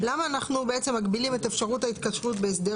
למה אנחנו מגבילים את אפשרות ההתקשרות בהסדר